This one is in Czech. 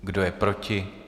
Kdo je proti?